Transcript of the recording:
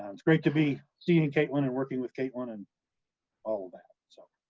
and it's great to be seeing and kaitlyn and working with kaitlyn and all of that, so